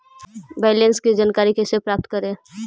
Balance की जानकारी कैसे प्राप्त करे?